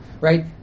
right